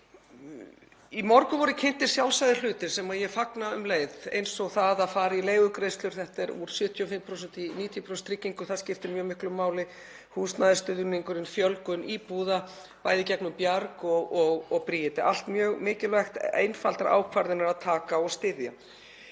Í morgun voru kynntir sjálfsagðir hlutir sem ég fagna um leið eins og að fara í leigugreiðslur, úr 75% í 90% tryggingu, það skiptir mjög miklu máli, húsnæðisstuðningurinn, fjölgun íbúða, bæði í gegnum Bjarg og Bríeti, allt mjög mikilvægt, einfaldar ákvarðanir að taka og styðja.